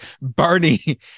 Barney